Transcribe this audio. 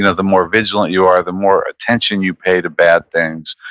and the more vigilant you are, the more attention you pay to bad things,